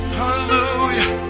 Hallelujah